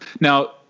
now